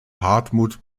hartmut